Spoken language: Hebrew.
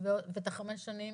ואת חמש השנים,